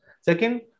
Second